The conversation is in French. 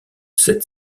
sept